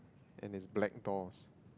and is black doors